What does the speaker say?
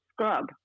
scrub